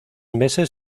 meses